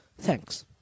Thanks